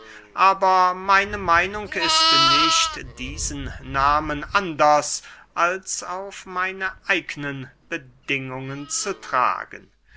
aber meine meinung ist nicht diesen nahmen anders als auf eine eignen bedingungen zu tragen